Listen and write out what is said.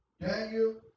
Daniel